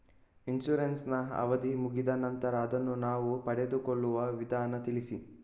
Insurance ನ ಅವಧಿ ಮುಗಿದ ನಂತರ ಅದನ್ನು ನಾವು ಪಡೆದುಕೊಳ್ಳುವ ವಿಧಾನ ತಿಳಿಸಿ?